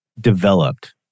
developed